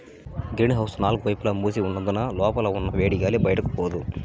green house నాలుగు వైపులా మూసి ఉన్నందున లోపల ఉన్న వేడిగాలి బయటికి పోదు